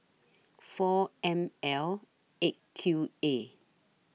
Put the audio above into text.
four M L eight Q A